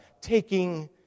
taking